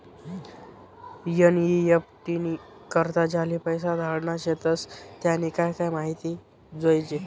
NEFT नी करता ज्याले पैसा धाडना शेतस त्यानी काय काय माहिती जोयजे